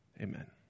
Amen